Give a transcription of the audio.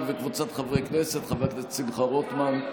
וקבוצת חברי הכנסת חבר הכנסת שמחה רוטמן.